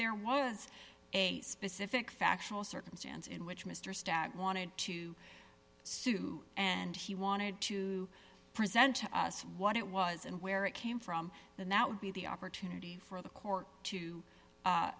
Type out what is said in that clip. there was a specific factual circumstance in which mr stack wanted to sue and he wanted to present to us what it was and where it came from then that would be the opportunity for the court to